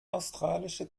australische